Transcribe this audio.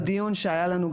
בדיון שהיה לנו,